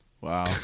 Wow